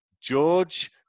George